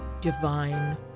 divine